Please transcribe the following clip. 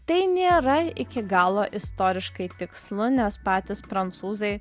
tai nėra iki galo istoriškai tikslu nes patys prancūzai